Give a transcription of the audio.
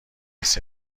نیست